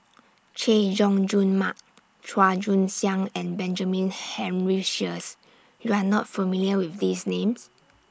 Chay Jung Jun Mark Chua Joon Siang and Benjamin Henry Sheares YOU Are not familiar with These Names